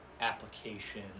application